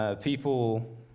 People